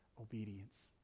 obedience